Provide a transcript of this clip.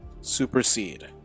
Supersede